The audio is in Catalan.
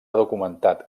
documentat